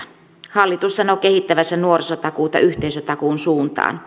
hallitus sanoo kehittävänsä nuorisotakuuta yhteisötakuun suuntaan